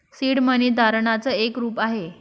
seed money तारणाच एक रूप आहे